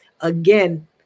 Again